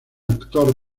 actor